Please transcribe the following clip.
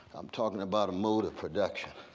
i'm talking about a mode of productions.